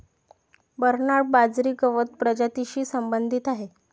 Bernard बाजरी गवत प्रजातीशी संबंधित आहे